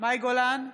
מאי גולן,